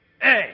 hey